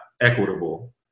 equitable